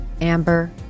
Amber